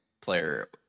player